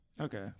okay